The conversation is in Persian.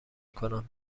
کنم